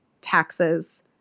taxes